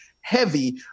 heavy